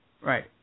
Right